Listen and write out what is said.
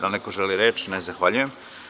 Da li neko želi reč? (Ne) Zahvaljujem.